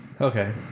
okay